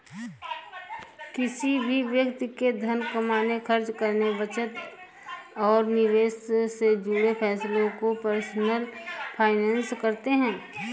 किसी भी व्यक्ति के धन कमाने, खर्च करने, बचत और निवेश से जुड़े फैसलों को पर्सनल फाइनैन्स कहते हैं